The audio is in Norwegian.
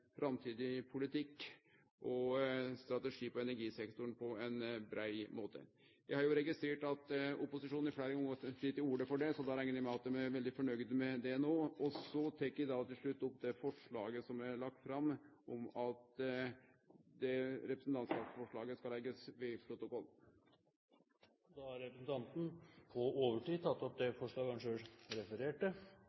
framtidig politikk og strategi på energisektoren på ein brei måte. Eg har registrert at opposisjonen fleire gonger har teke til orde for det, så eg reknar med at dei er veldig nøgde med dette. Da tek eg opp forslag nr. 2 , om at representantforslaget skal leggjast ved protokollen. Da har representanten Torstein Rudihagen – på overtid – tatt opp det forslaget han refererte til. La meg begynne med å ta opp